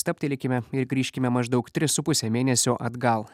stabtelėkime ir grįžkime maždaug tris su puse mėnesio atgal